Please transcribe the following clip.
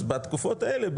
אז בתקופות האלה,